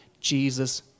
Jesus